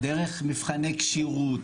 דרך מבחני כשירות,